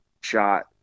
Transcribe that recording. shot